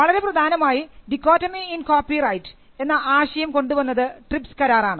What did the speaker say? വളരെ പ്രധാനമായി dichotomy in copyright എന്ന ആശയം കൊണ്ടുവന്നത് ട്രിപ്സ് കരാറാണ്